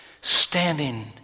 standing